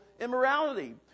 immorality